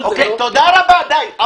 אבל --- תודה רבה, די.